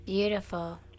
Beautiful